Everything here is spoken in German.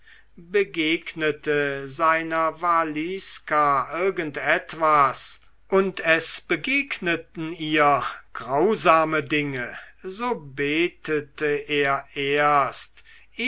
begegnete seiner valiska irgend etwas und es begegneten ihr grausame dinge so betete er erst